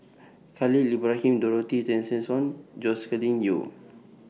Khalil Ibrahim Dorothy Tessensohn Joscelin Yeo